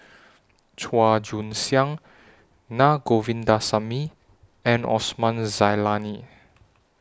Chua Joon Siang Na Govindasamy and Osman Zailani